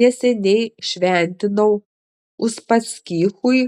neseniai šventinau uspaskichui